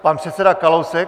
Pan předseda Kalousek?